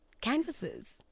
Canvases